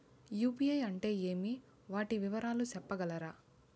UPI అంటే ఏమి? వాటి వివరాలు సెప్పగలరా?